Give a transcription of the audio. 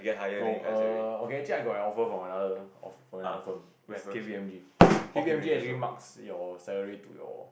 no err okay actually I got an offer from another from another firm it's K_P_M_G K_P_M_G actually marks your salary to your